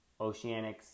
Oceanics